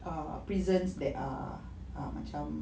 err prisons that are macam